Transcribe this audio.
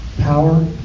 power